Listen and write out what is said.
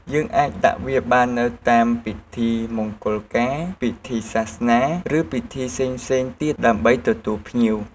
យើងអាចដាក់វាបាននៅតាមពិធីមង្គលការ ពិធីសាសនា ឬ ពិធីផ្សេងៗទៀត ដើម្បីទទួលភ្ញៀវ។